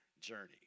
journey